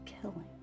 killing